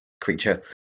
creature